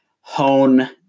hone